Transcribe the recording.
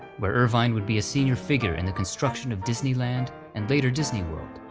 where irvine would be a senior figure in the construction of disneyland, and later disney world.